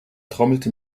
trommelte